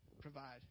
provide